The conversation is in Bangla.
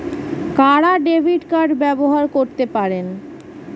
কারা ডেবিট কার্ড ব্যবহার করতে পারেন?